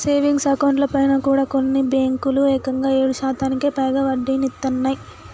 savings అకౌంట్లపైన కూడా కొన్ని బ్యేంకులు ఏకంగా ఏడు శాతానికి పైగా వడ్డీనిత్తన్నయ్